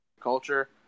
culture